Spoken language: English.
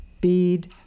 bead